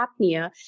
apnea